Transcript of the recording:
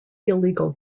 illegal